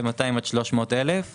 ו-200,000 300,000 שקל,